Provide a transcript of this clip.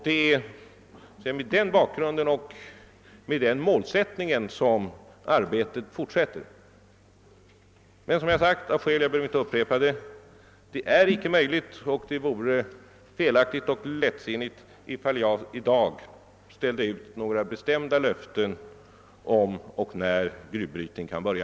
Det är mot den bakgrunden och med den målsättningen som arbetet fortsätter. Men, som sagt, jag behöver inte upprepa det, det är inte möjligt, och det vore felaktigt och lättsinnigt i fall jag i dag ställde ut några bestämda löften om och när en gruvbrytning kan börja.